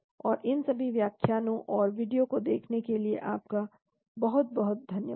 और इन सभी व्याख्यानों और वीडियो को देखने के लिए आपका बहुत बहुत धन्यवाद